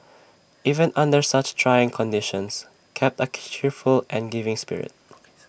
even under such trying conditions kept A cheerful and giving spirit